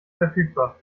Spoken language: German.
verfügbar